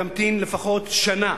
תמתין לפחות שנה